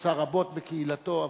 עשה רבות בקהילתו,